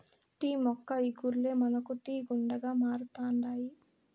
tea మొక్క ఇగుర్లే మనకు టీ గుండగా మారుతండాయి